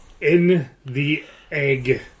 in-the-egg